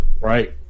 right